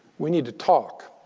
we need to talk.